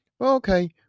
Okay